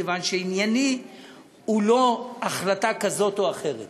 מכיוון שענייני הוא לא החלטה כזאת או אחרת,